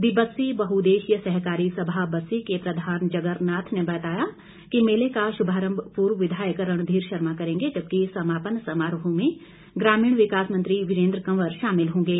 दी बस्सी बहुउददेशिय सहकारी सभा बस्सी के प्रधान जगरनाथ ने बताया कि मेले का शुभरांभ पूर्व विधायक रणधीर शर्मा करेंगें जबकि समापन समारोह में ग्रामीण विकास मंत्री वीरेंद्र कंवर शामिल होंगे